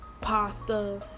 pasta